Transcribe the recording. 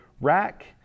rack